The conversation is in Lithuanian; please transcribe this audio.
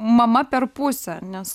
mama per pusę nes